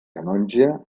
canonge